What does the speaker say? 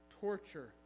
Torture